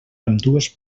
ambdues